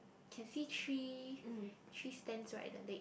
can see three three stands right the leg